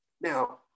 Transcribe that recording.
Now